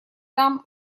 там